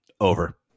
Over